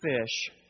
fish